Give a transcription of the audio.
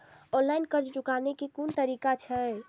Online कर्ज चुकाने के कोन तरीका छै?